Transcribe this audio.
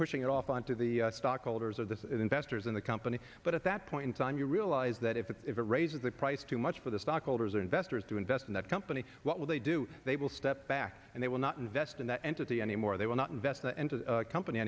pushing it off on to the stockholders or the investors in the company but at that point in time you realize that if it raises the price too much for the stockholders or investors to invest in that company what will they do they will step back and they will not invest in that entity anymore they will not invest into the company